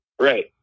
Right